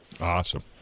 Awesome